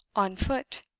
on foot.